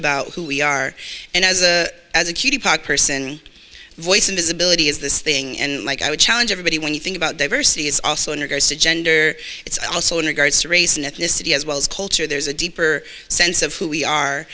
about who we are and as a as a cutie pie person voice and visibility is this thing and like i would challenge everybody when you think about diversity it's also in regards to gender it's also in regards to race and ethnicity as well as culture there's a deeper sense of who we are